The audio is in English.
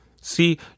See